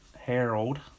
Harold